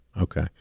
Okay